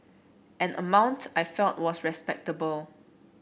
an amount I felt was respectable